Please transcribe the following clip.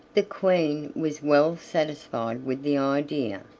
the queen was well satisfied with the idea,